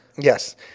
Yes